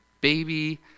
baby